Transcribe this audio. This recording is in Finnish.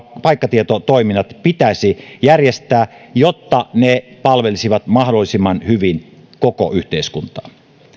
paikkatietotoiminnot pitäisi järjestää jotta ne palvelisivat mahdollisimman hyvin koko yhteiskuntaa